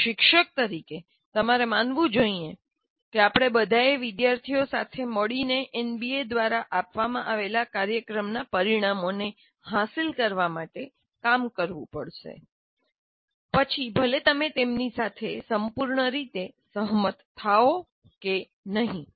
એક શિક્ષક તરીકે તમારે માનવું જોઈએ કે આપણે બધાએ વિદ્યાર્થીઓ સાથે મળીને એનબીએ દ્વારા આપવામાં આવેલા કાર્યક્રમના પરિણામોને હાંસલ કરવા માટે કામ કરવુંપડશે પછી ભલે તમે તેમની સાથે સંપૂર્ણ રીતે સંમત થાઓ કે નહીં